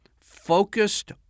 focused